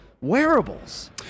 wearables